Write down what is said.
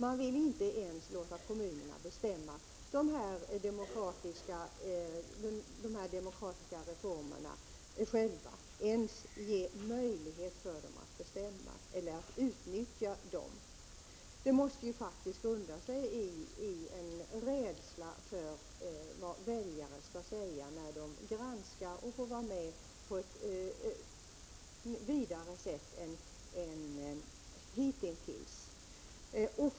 De vill inte ens låta kommunerna bestämma demokratiska reformer själva, inte ens ge kommunerna möjlighet att utnyttja dem. Detta måste faktiskt grunda sig på en rädsla för vad väljarna skall säga när de granskar och får vara med på ett vidare sätt än hitintills.